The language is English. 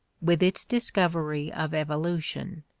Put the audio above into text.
with its discovery of evolution.